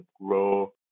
grow